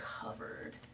covered